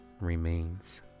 remains